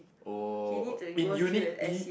oh in unit E